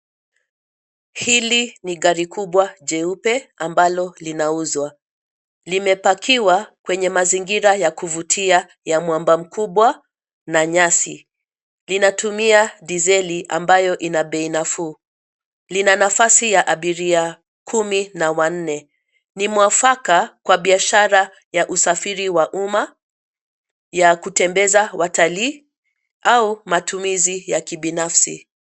Hili ni gari kubwa jeupe ambalo linauzwa, limepakiwa kwenye mazingira ya kuvutia ya mwamba mkubwa na nyasi. Linatumia diseli ambayo ina bei nafuu. Lina nafasi ya abiria kumi na wanne. Ni mwafaka kwa biashara ya usafiri wa umma, ya kutembeza watalii au matumizi ya kibinafsi.